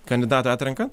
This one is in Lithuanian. kandidatą atranka